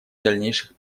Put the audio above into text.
дальнейших